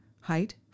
height